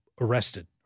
arrested